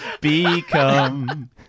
become